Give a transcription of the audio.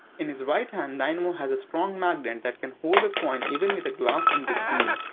in his right hand, dynamo has a strong magnet that can hold a coin even with a glass in between.